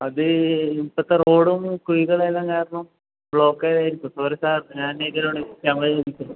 അത് ഇപ്പത്ത റോഡും കുഴികളെല്ലാം കാരണം ബ്ലോക്ക് ആയതായിരിക്കും സോറി സാർ ഞാൻ ഞങ്ങള്